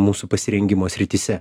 mūsų pasirengimo srityse